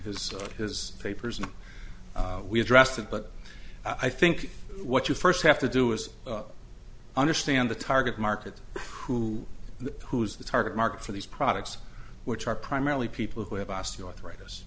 his his papers and we addressed it but i think what you first have to do is understand the target market who who is the target market for these products which are primarily people who have osteoarthritis